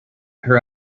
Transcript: her